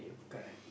correct